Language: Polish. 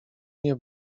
nie